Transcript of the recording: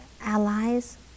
allies